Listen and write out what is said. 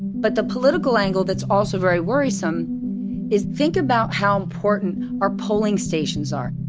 but the political angle that's also very worrisome is, think about how important our polling stations are.